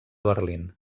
berlín